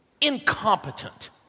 Incompetent